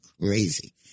crazy